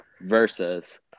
versus –